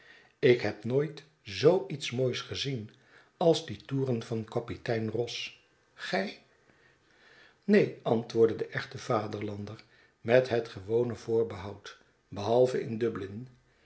ik heb nooit zoo iets moois gezien als die toeren van kapitein ross gij neen antwoordde de echte vaderlander met het gewone voorbehoud behalve in dublin